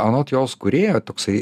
anot jos kūrėjo toksai